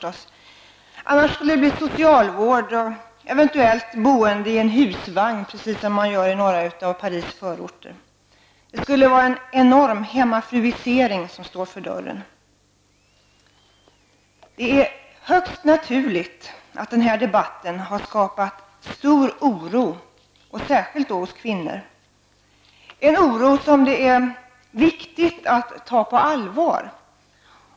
I annat fall blir det fråga om socialvård eller ett eventuellt boende i en husvagn, så som man gör i några av Paris förorter. En enorm ''hemmafruisering'' står för dörren. Det är mycket naturligt att den här debatten har skapat stor oro, särskilt hos kvinnor. Det är viktigt att ta oron på allvar.